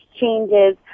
changes